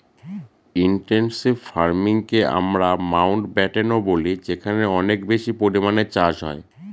intensive ফার্মিংকে আমরা মাউন্টব্যাটেনও বলি যেখানে অনেক বেশি পরিমানে চাষ হয়